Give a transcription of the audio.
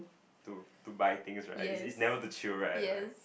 to to buy things right it's never to chill right